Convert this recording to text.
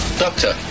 doctor